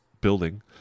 building